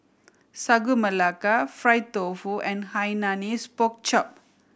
Sagu Melaka fried tofu and Hainanese Pork Chop